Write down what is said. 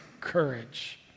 courage